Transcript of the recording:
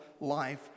life